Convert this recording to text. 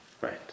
right